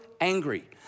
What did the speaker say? angry